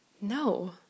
no